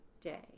day